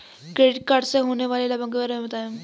Credit card से होने वाले लाभों के बारे में बताएं?